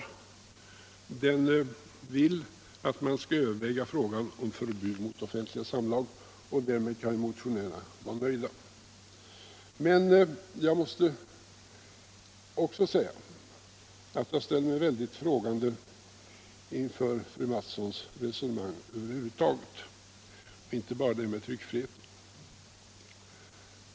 Utskottsmajoriteten vill att man skall överväga frågan om förbud mot offentliga samlag, och därmed kan vi motionärer vara nöjda. Moen jag måste säga att jag ställer mig synnerligen frågande inför fröken Mattsons resonem:dng över huvud taget, inte bara i fråga om tryckfriheten.